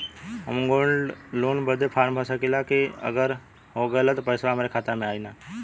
हम gold loan बड़े form भर सकी ला का अगर हो गैल त पेसवा हमरे खतवा में आई ना?